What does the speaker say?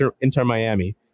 Inter-Miami